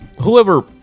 Whoever